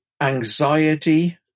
anxiety